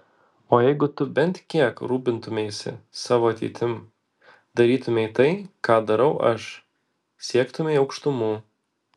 o jeigu tu bent kiek rūpintumeisi savo ateitim darytumei tai ką darau aš siektumei aukštumų